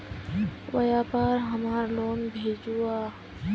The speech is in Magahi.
व्यापार हमार लोन भेजुआ?